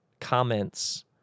comments